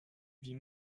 vie